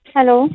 Hello